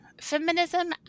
feminism